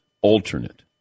alternate